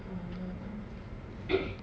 orh